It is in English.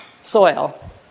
soil